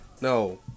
No